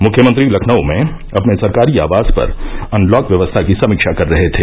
मुख्यमंत्री लखनऊ में अपने सरकारी आवास पर अनलॉक व्यवस्था की समीक्षा कर रहे थे